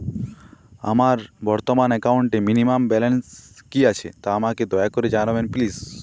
আমার বর্তমান একাউন্টে মিনিমাম ব্যালেন্স কী আছে তা আমাকে দয়া করে জানান প্লিজ